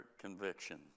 conviction